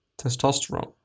testosterone